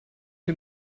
you